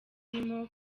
birimo